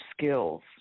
skills